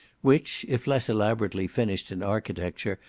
which, if less elaborately finished in architecture,